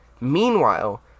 Meanwhile